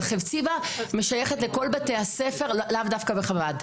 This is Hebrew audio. חפציבה משייכת לכל בתי הספר ולאו דווקא בחב"ד.